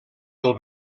del